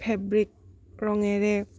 fabric ৰঙেৰে